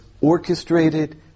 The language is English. orchestrated